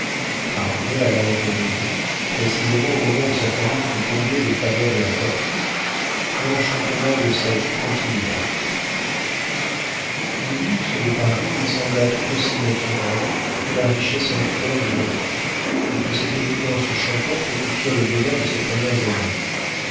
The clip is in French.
arrivée à l'âge de raison précisément au moment où sa famille fut comblée des faveurs de la fortune l'enchantement de sa vie continua le luxe de paris lui sembla tout aussi naturel que la richesse en fleurs ou en fruits et que cette opulence champêtre qui firent le bonheur de ses premières années